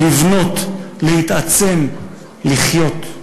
לבנות, להתעצם, לחיות.